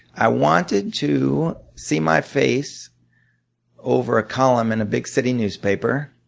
i wanted to see my face over a column in a big city newspaper,